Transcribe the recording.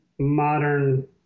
modern